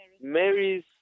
Mary's